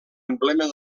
emblema